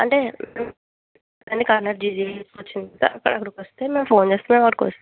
అంటే మీరు ఫోన్ చేస్తే అక్కడకి వస్తే మేము ఫోన్ చేస్తాం అక్కడికి